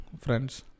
friends